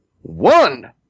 one